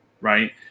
right